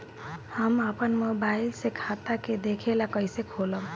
हम आपन मोबाइल से खाता के देखेला कइसे खोलम?